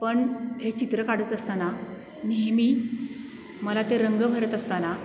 पण हे चित्र काढत असताना नेहमी मला ते रंग भरत असताना